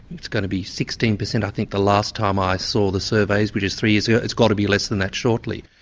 it's going to be sixteen per cent, i think, the last time i saw the surveys, which is three years ago. it's got to be less than that shortly.